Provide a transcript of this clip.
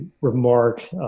remark